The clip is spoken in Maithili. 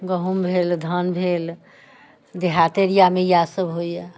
गहुम भेल धान भेल देहात एरियामे यएह सब होइए